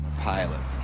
Pilot